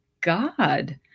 God